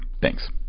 Thanks